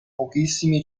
pochissimi